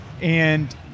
and-